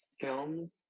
films